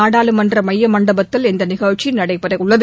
நாடாளுமன்ற மைய மண்டபத்தில் இந்த நிகழ்ச்சி நடைபெறவுள்ளது